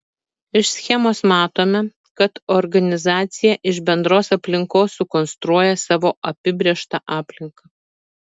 iš schemos matome kad organizacija iš bendros aplinkos sukonstruoja savo apibrėžtą aplinką